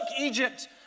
Egypt